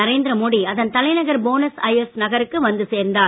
நரேந்திர மோடி அதன் தலைநகர் Buenos Aires நகருக்கு வந்து சேர்ந்தார்